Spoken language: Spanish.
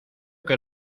que